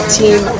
team